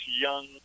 young